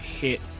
hit